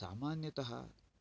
सामान्यतः